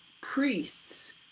priests